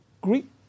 Greek